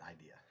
idea